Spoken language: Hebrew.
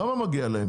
למה מגיע להם?